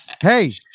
Hey